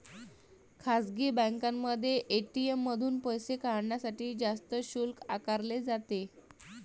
खासगी बँकांमध्ये ए.टी.एम मधून पैसे काढण्यासाठी जास्त शुल्क आकारले जाते